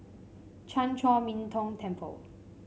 Chan Chor Min Tong Temple